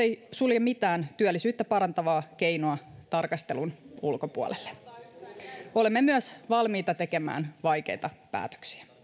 ei sulje mitään työllisyyttä parantavaa keinoa tarkastelun ulkopuolelle olemme myös valmiita tekemään vaikeita päätöksiä